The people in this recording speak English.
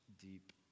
deep